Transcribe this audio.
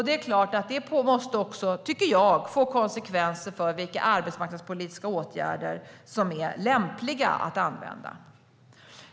Det är klart att det också måste, tycker jag, påverka vilka arbetsmarknadspolitiska åtgärder som är lämpliga att använda.